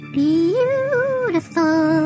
beautiful